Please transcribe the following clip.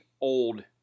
old